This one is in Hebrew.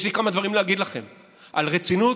יש לי כמה דברים להגיד לכם על רצינות,